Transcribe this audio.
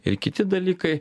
ir kiti dalykai